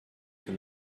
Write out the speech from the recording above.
for